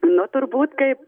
nu turbūt taip